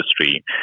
industry